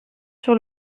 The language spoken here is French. sur